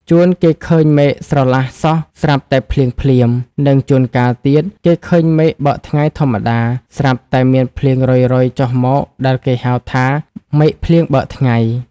ជួនគេឃើញមេឃស្រឡះសោះស្រាប់តែភ្លៀងភ្លាម និងជួនកាលទៀត គេឃើញមេឃបើកថ្ងៃធម្មតាទេ ស្រាប់តែមានភ្លៀងរ៉ុយៗចុះមកដែលគេហៅថា មេឃភ្លៀងបើកថ្ងៃ ។